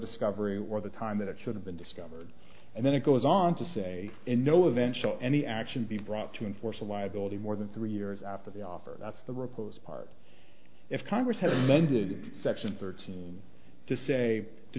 discovery or the time that it should have been discovered and then it goes on to say in no eventually any action be brought to enforce a liability more than three years after the offer that's the records part if congress had amended section thirteen to say to